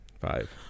Five